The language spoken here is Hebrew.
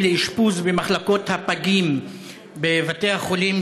לאשפוז במחלקות הפגים בבתי החולים,